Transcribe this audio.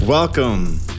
Welcome